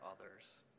others